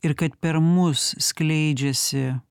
ir kad per mus skleidžiasi